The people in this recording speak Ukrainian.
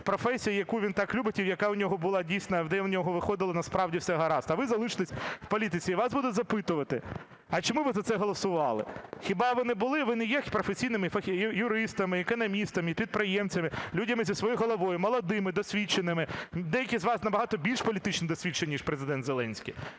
професії, яку він так любить і яка у нього була, дійсно, де у нього виходило, насправді, все гаразд. А ви залишитесь в політиці і вас будуть запитувати: "А чому ви за це голосували? Хіба ви не були, ви не є професійними юристами, економістами, підприємцями, людьми зі своєю головою, молодими, досвідченими? Деякі з вас набагато більш політично досвідчені, ніж Президент Зеленський.